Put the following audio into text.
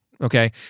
Okay